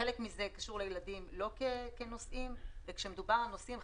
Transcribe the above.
חלק מזה קשור לילדים לא כנוסעים וכאשר מדובר על נוסעים,